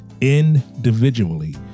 individually